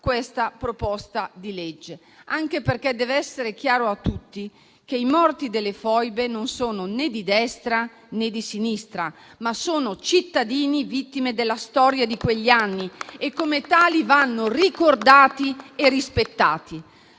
questa proposta di legge, anche perché deve essere chiaro a tutti che i morti delle foibe non sono né di destra né di sinistra, ma sono cittadini vittime della storia di quegli anni e come tali vanno ricordati e rispettati.